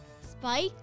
Spike